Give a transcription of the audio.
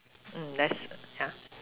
let's yeah